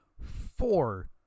four